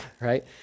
right